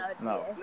no